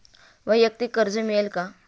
वैयक्तिक कर्ज मिळेल का?